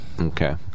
Okay